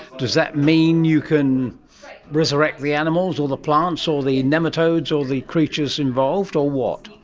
does that mean you can resurrect the animals or the plants or the and nematodes or the creatures involved or what?